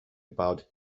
about